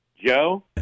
Joe